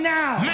now